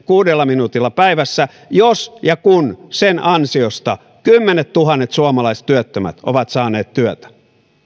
kuudella minuutilla päivässä jos ja kun sen ansiosta kymmenettuhannet suomalaiset työttömät ovat saaneet työtä